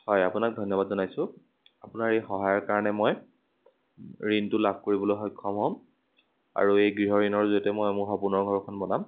হয় আপোনাক ধন্যবাদ জনাইছোঁ আপোনাৰ এই সহায়ৰ কাৰণে মই ঋণটো লাভ কৰিবলৈ সক্ষম হ'ম আৰু এই গৃহ ঋণৰ জৰিয়তে মই মোৰ সপোনৰ ঘৰখন বনাম